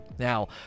Now